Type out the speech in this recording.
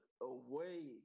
away